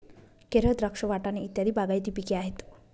केळ, द्राक्ष, वाटाणे इत्यादी बागायती पिके आहेत